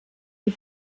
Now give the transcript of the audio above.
die